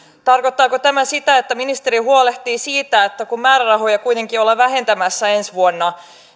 tarkoittaako tämä sitä että ministeri huolehtii siitä että kun määrärahoja kuitenkin ollaan vähentämässä ensi vuonna